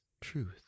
truth